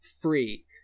free